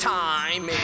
time